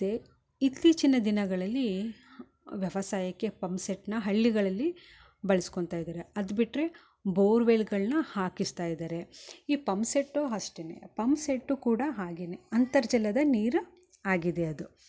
ಮತ್ತು ಇತ್ತೀಚಿನ ದಿನಗಳಲ್ಲಿ ವ್ಯವಸಾಯಕ್ಕೆ ಪಂಪ್ ಸಟ್ನ ಹಳ್ಳಿಗಳಲ್ಲಿ ಬಳ್ಸ್ಕೊಳ್ತಾ ಇದ್ದಾರೆ ಅದು ಬಿಟ್ಟರೆ ಬೋರ್ವೆಲ್ಗಳನ್ನ ಹಾಕಿಸ್ತಾ ಇದ್ದಾರೆ ಈ ಪಂಪ್ ಸೆಟ್ಟು ಅಷ್ಟೇನೆ ಪಂಪ್ ಸೆಟ್ಟು ಕೂಡ ಹಾಗೇನೆ ಅಂತರ್ಜಲದ ನೀರು ಆಗಿದೆ ಅದು